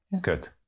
Good